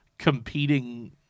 competing